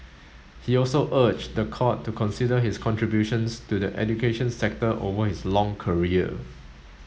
he also urged the court to consider his contributions to the education sector over his long career